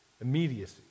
Immediacy